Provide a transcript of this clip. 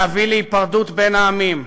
להביא להיפרדות בין העמים.